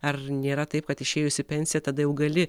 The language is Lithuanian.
ar nėra taip kad išėjus į pensiją tada jau gali